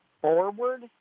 forward